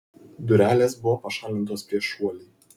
durelės buvo pašalintos prieš šuolį